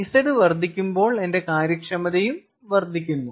Z വർദ്ധിക്കുമ്പോൾ എന്റെ കാര്യക്ഷമതയും വർദ്ധിക്കുന്നു